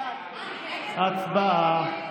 הצבעה.